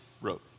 wrote